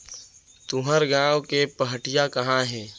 तुंहर गॉँव के पहाटिया कहॉं हे?